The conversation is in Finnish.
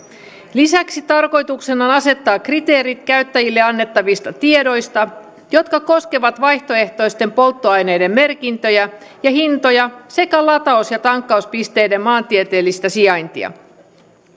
lisäksi tarkoituksena on asettaa kriteerit käyttäjille annettavista tiedoista jotka koskevat vaihtoehtoisten polttoaineiden merkintöjä ja hintoja sekä lataus ja tankkauspisteiden maantieteellistä sijaintia